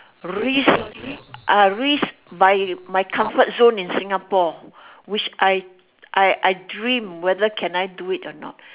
risk ah risk my my comfort zone in Singapore which I I I dream whether can I do it or not